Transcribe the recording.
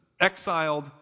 exiled